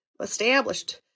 established